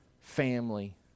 family